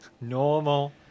normal